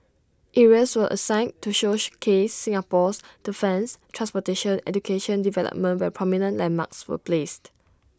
areas were assigned to showcase Singapore's defence transportation education and development where prominent landmarks were placed